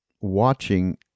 watching